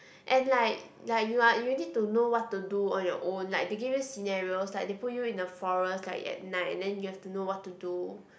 and like like you are you need to know what to do on your own like they give you scenarios like they put you in a forest like at night and then you have to know what to do